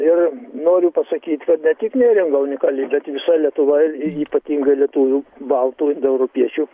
ir noriu pasakyt kad ne tik neringa unikali bet visa lietuva ypatingai lietuvių baltų indoeuropiečių